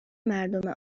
مردم